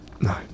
No